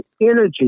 energy